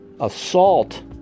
assault